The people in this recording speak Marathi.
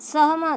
सहमत